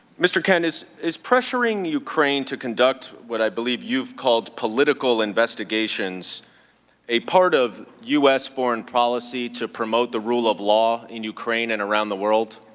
mr. kent, is is pressuring ukraine to conduct what, i believe, you've called political investigations a part of u s. foreign policy to promote the rule of law in ukraine and around the world?